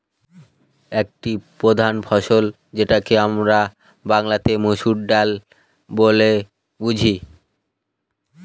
একটি প্রধান ফসল যেটাকে আমরা বাংলাতে মসুর ডাল বলে বুঝি